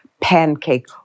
Pancake